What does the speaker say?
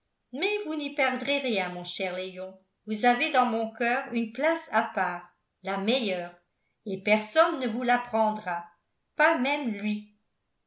mais vous n'y perdrez rien mon cher léon vous avez dans mon coeur une place à part la meilleure et personne ne vous la prendra pas même lui